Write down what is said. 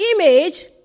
image